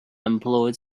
employed